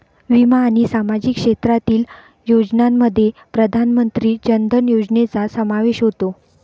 विमा आणि सामाजिक क्षेत्रातील योजनांमध्ये प्रधानमंत्री जन धन योजनेचा समावेश होतो